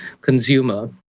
consumer